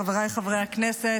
חבריי חברי הכנסת,